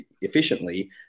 efficiently